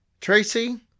Tracy